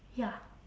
ya